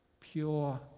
Pure